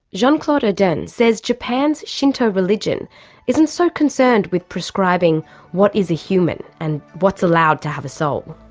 jean-claude heudin says japan's shinto religion isn't so concerned with prescribing what is a human and what's allowed to have a soul.